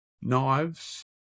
knives